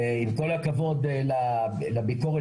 עם כל הכבוד לביקורת,